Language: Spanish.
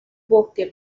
bosque